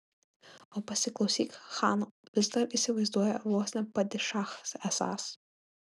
o pasiklausyk chano vis dar įsivaizduoja vos ne padišachas esąs